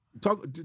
talk